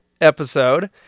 episode